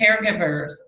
caregivers